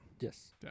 Yes